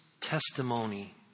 testimony